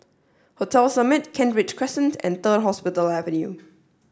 hotel Summit Kent Ridge Crescent and Third Hospital Avenue